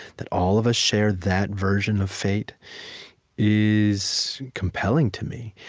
that all of us share that version of fate is compelling to me